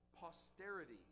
posterity